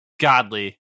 Godly